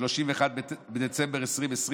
31 בדצמבר 2020,